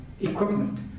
equipment